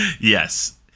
Yes